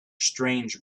strange